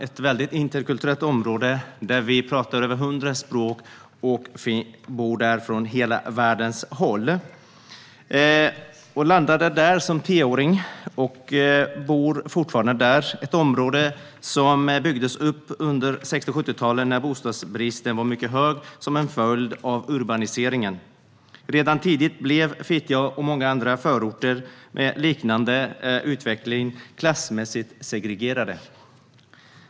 Det är ett interkulturellt område, där vi talar över 100 språk och kommer från alla världens håll. Jag landade där som tioåring, och jag bor fortfarande där. Fittja är ett område som byggdes upp under 1960 och 1970-talet när bostadsbristen som en följd av urbaniseringen var mycket hög. Redan tidigt blev Fittja och många andra förorter med liknande utveckling klassmässigt segregerade.